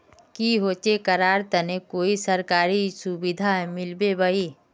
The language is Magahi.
की होचे करार तने कोई सरकारी सुविधा मिलबे बाई?